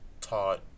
taught